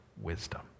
wisdom